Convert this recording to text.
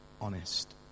honest